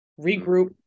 regroup